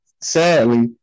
sadly